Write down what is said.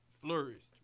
flourished